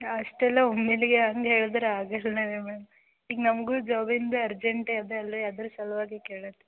ಅಷ್ಟೆಲ್ಲ ಒಮ್ಮೆಲೆಗೆ ಹಂಗೆ ಹೇಳಿದ್ರೆ ಆಗೋಲ್ಲ ನಿಮ್ಮ ಈಗ ನಮಗೂ ಜಾಬಿಂದು ಅರ್ಜೆಂಟೆ ಅದ ಅಲ್ಲರಿ ಅದರ ಸಲುವಾಗಿ ಕೆಳ